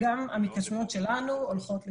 גם ההתקשרויות שלנו הולכות לשם.